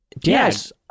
Yes